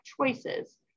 choices